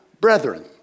brethren